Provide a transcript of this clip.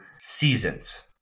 seasons